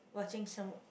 watching some